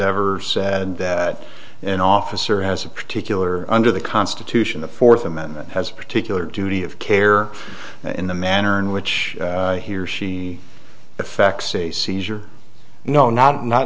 ever said that an officer has a particular under the constitution the fourth amendment has a particular duty of care in the manner in which he or she effects a seizure no not not